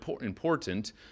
important